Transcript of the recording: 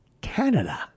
Canada